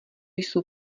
jsou